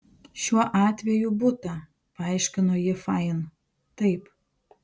šiuo atveju butą paaiškino ji fain taip